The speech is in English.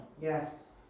Yes